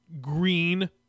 green